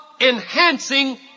enhancing